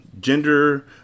gender